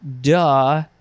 duh